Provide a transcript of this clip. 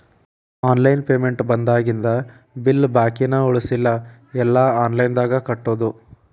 online payment ಬಂದಾಗಿಂದ bill ಬಾಕಿನ ಉಳಸಲ್ಲ ಎಲ್ಲಾ ಆನ್ಲೈನ್ದಾಗ ಕಟ್ಟೋದು